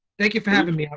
thank you for having me.